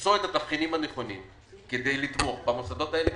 למצוא את התבחינים הנכונים כדי לתמוך גם במוסדות הללו.